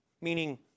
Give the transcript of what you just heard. Meaning